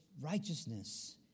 righteousness